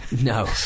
No